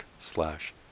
slash